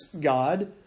God